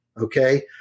okay